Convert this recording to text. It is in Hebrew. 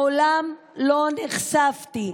מעולם לא נחשפתי.